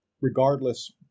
regardless